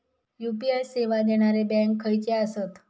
UPI सेवा देणारे bank खयचे आसत?